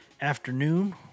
afternoon